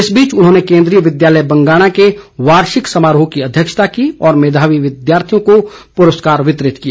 इस बीच उन्होंने केन्द्रीय विद्यालय बंगाणा के वार्षिक समारोह की अध्यक्षता की और मेधावी विद्यार्थियों को पुरस्कार वितरित किए